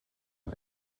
ein